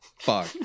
Fuck